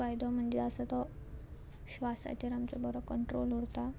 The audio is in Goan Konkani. फायदो म्हणजे आसा तो श्वासाचेर आमचो बरो कंट्रोल उरता